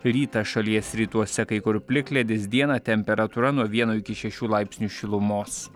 rytą šalies rytuose kai kur plikledis dieną temperatūra nuo vieno iki šešių laipsnių šilumos